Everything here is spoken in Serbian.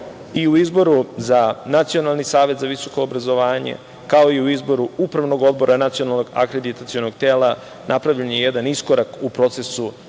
i u izboru za Nacionalni savet za visoko obrazovanje kao i u izboru Upravnog odbora Nacionalnog akreditacionog tela napravljen je jeda iskorak u procesu